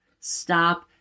Stop